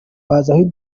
bazi